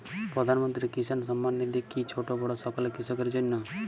প্রধানমন্ত্রী কিষান সম্মান নিধি কি ছোটো বড়ো সকল কৃষকের জন্য?